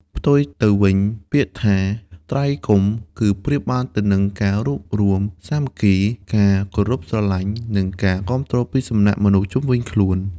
ផ្ទុយទៅវិញពាក្យថា ត្រីកុំ គឺប្រៀបបានទៅនឹង ការរួបរួម សាមគ្គីភាព ការគោរពស្រឡាញ់ និងការគាំទ្រពីសំណាក់មនុស្សជុំវិញខ្លួន។